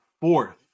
fourth